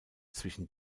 zwischen